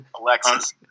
Alexis